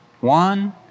One